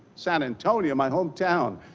san antonio, my hometown,